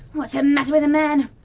what's the matter with the man?